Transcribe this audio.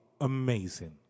amazing